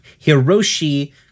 Hiroshi